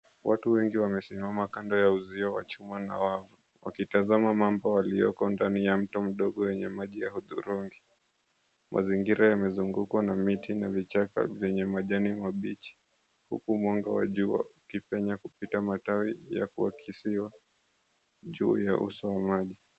Watu wengi wamesimama kando ya uzio wa chuma na wavu wakitazama mambo yalioko ndani ya mto mdogo yenye maji ya ℎudhurungi, mazingira yamezungukwa na miti na vichaka zenye majani mabichi huku mwanga wa jua ukipenya kupita matawi ya kuakisiwa juu ya uso wa maji.